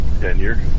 tenure